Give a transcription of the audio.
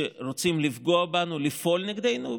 ורוצים לפגוע בנו, לפעול נגדנו.